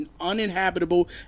uninhabitable